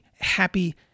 happy